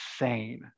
insane